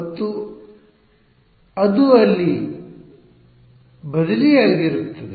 ಮತ್ತು ಅದು ಇಲ್ಲಿ ಬದಲಿಯಾಗಿರುತ್ತದೆ